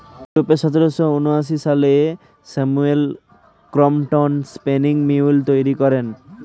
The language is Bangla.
ইউরোপে সতেরোশো ঊনআশি সালে স্যামুয়েল ক্রম্পটন স্পিনিং মিউল তৈরি করেন